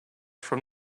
from